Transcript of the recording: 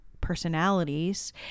personalities